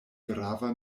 grava